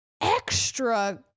extra